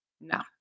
No